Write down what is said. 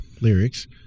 lyrics